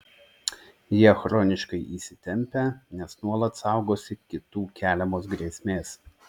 jie chroniškai įsitempę nes nuolat saugosi kitų keliamos grėsmės